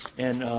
and